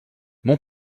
mon